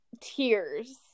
tears